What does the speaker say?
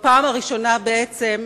בפעם הראשונה בעצם,